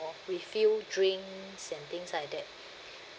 refill drinks and things like that